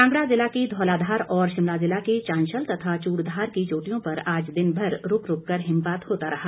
कांगड़ा जिला की धौलाधार और शिमला जिला की चांसल तथा चूड़धार की चोटियों पर आज दिनभर रूक रूक कर हिमपात होता रहा